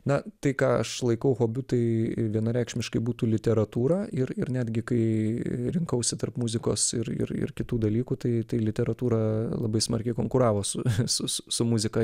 na tai ką aš laikau hobiu tai vienareikšmiškai būtų literatūra ir ir netgi kai rinkausi tarp muzikos ir ir ir kitų dalykų tai tai literatūra labai smarkiai konkuravo su su su su muzika